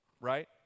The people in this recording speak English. right